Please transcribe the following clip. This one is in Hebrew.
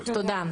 תודה.